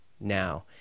now